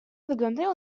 wyglądają